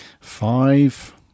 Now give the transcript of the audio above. Five